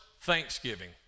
Thanksgiving